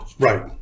right